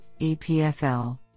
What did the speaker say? EPFL